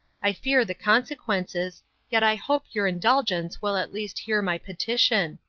i fear the consequences yet i hope your indulgence will at least hear my petition.